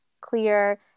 clear